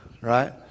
right